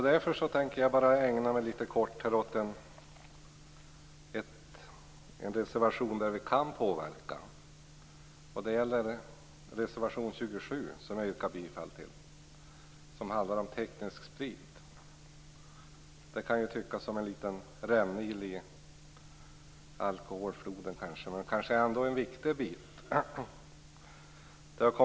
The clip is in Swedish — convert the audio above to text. Därför tänker jag bara helt kort ägna mig åt en reservation om en sak vi kan påverka. Jag yrkar bifall till reservation 27, som handlar om teknisk sprit. Det kan tyckas vara en liten rännil i alkoholfloden, men det är kanske ändå en viktig bit.